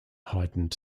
heightened